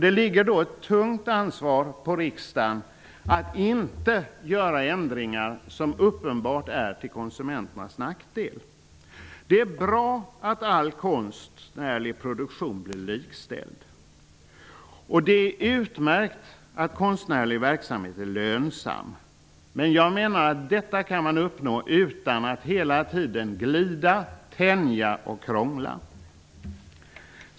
Det ligger ett tungt ansvar på riksdagen att inte göra ändringar som uppenbart är till nackdel för konsumenterna. Det är bra att all konstnärlig produktion blir likställd. Det är utmärkt att konstnärlig verksamhet är lönsam. Men jag menar att detta kan uppnås utan att hela tiden glida, tänja och krångla.